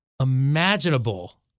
imaginable